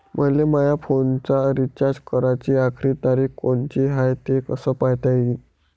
मले माया फोनचा रिचार्ज कराची आखरी तारीख कोनची हाय, हे कस पायता येईन?